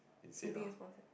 you think is possible